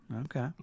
Okay